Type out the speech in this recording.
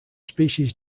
species